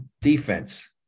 defense